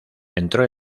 entró